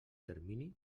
termini